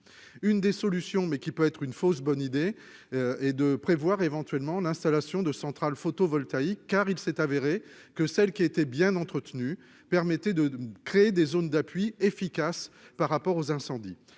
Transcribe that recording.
une des solutions, mais qui peut être une fausse bonne idée et de prévoir éventuellement l'installation de centrales photovoltaïques car il s'est avéré que celle qui a été bien entretenu, permettait de créer des zones d'appui efficace par rapport aux incendies,